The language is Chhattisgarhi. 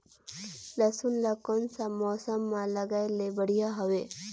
लसुन ला कोन सा मौसम मां लगाय ले बढ़िया हवे?